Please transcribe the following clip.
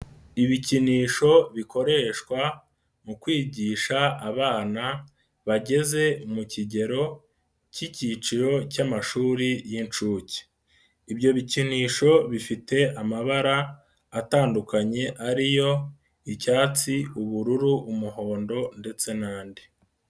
Ibikinisho bikoreshwa mu kwigisha abana bageze mu kigero k'icyiciro cy'amashuri y'inshuke, ibyo bikinisho bifite amabara atandukanye ari yo: icyatsi, ubururu, umuhondo ndetse n'andi.